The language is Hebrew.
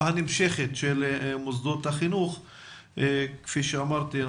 הנמשכת של מוסדות החינוך כפי שאמרתי,